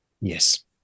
Yes